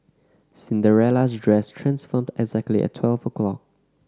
Cinderella's dress transformed exactly at twelve o'clock